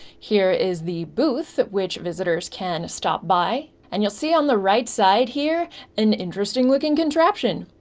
here is the booth at which visitors can stop by. and you'll see on the right side here an interesting looking contraption.